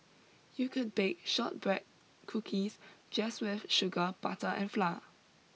you could bake shortbread cookies just with sugar butter and flour